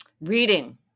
Reading